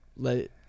Let